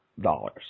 dollars